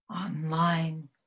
online